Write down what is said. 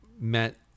met